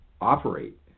operate